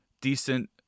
decent